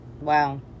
Wow